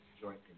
joint